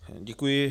Děkuji.